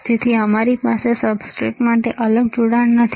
તેથી અમારી પાસે સબસ્ટ્રેટ માટે અલગ જોડાણ નથી